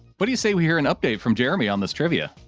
but do you say we hear an update from jeremy on this trivia?